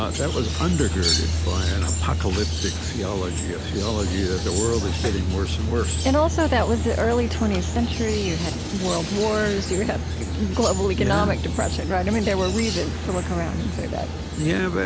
ah that was undergirded by an apocalyptic theology, a theology that the world is getting worse and worse and also that was the early twentieth century. you had world wars, you had global economic depression, right? i mean, there were reasons to look around and say that yeah, but